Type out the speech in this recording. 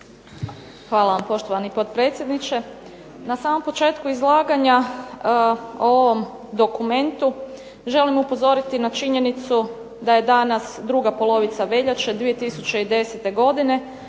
Hvala vam, poštovani potpredsjedniče. Na samom početku izlaganja o ovom dokumentu želim upozoriti na činjenicu da je danas druga polovica veljače 2010. godine,